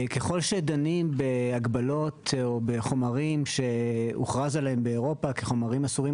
ככל שדנים בהגבלות או בחומרים שהוכרז עליהם באירופה כחומרים אסורים